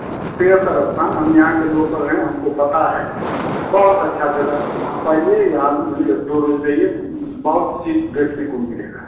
सिंघेश्वर स्थान हम यहाँ के लोकल हैं हमको पता है बहुत अच्छा जगह है आप आइए यहाँ एक दो रोज़ रहिए बहुत चीज़ देखने को मिलेगा